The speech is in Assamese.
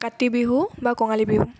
কাতি বিহু বা কঙালী বিহু